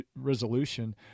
resolution